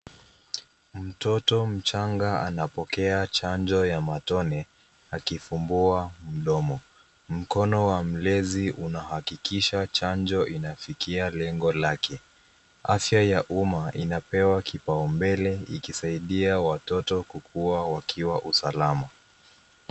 Mtoto mchanga anapokea chanjo ya matone akifungua mdomo. Mkono wa mlezi unahakikisha chanjo inafikia lengo lake. Afya ya umma unapewa kipaumbele ikisaidia watoto kukua wakiwa usalama.